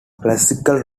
classical